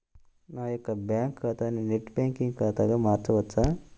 నా యొక్క బ్యాంకు ఖాతాని నెట్ బ్యాంకింగ్ ఖాతాగా మార్చవచ్చా?